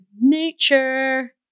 nature